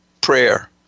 prayer